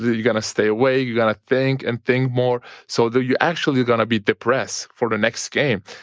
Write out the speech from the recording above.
you're going to stay awake. you're going to think and think more so that you actually, you're going to be depressed for the next game.